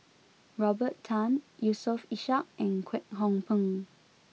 Robert Tan Yusof Ishak and Kwek Hong Png